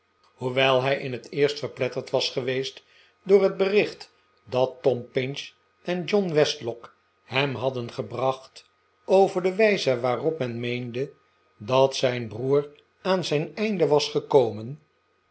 hoewel hij in het eerst verpletterd was geweest door het bericht dat tom pinch en john westlock hem hadden gebracht over de wijze waarop men meende dat zijn broer aan zijn einde was gekomen